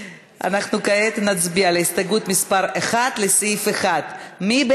אנחנו כעת נצביע על הסתייגות מס' 1 לסעיף 1, של